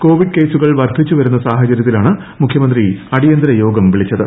Covid കേസുകൾ വർധിച്ചുവരുന്ന സാഹചര്യത്തിലാണ് മുഖ്യമന്ത്രി അടിയന്തര യോഗം വിളിച്ചത്